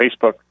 Facebook